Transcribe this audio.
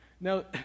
Now